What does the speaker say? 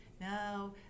Now